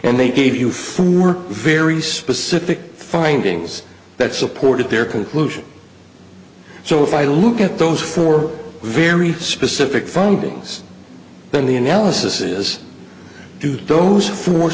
and they gave you three were very specific findings that supported their conclusion so if i look at those four very specific findings then the analysis is due to those